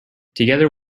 together